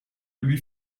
lui